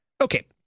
Okay